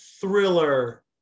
thriller